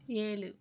ஏழு